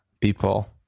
people